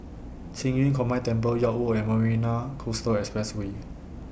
Qing Yun Combined Temple York Road and Marina Coastal Expressway